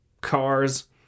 cars